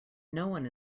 noone